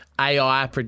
AI